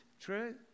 True